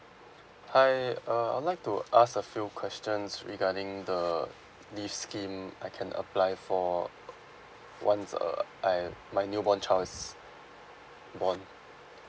hi uh I would like to ask a few questions regarding the leave scheme I can apply for uh once uh I my newborn child is born